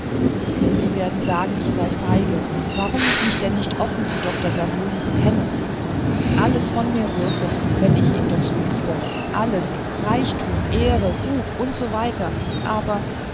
sie werden sagen ich sei feige und warum ich mich denn nicht offen zu dr savioli bekenne alles von mir würfe wenn ich ihn doch so liebe alles reichtum ehre ruf und so weiter aber